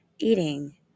eating